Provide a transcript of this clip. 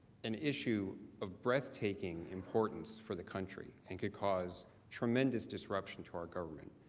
an issue of breathtaking importance for the country and could cause tremendous disruption to our government.